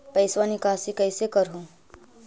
पैसवा निकासी कैसे कर हो?